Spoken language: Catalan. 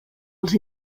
els